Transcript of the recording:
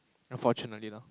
unfortunately lah